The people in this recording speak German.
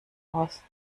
aus